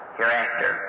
hereafter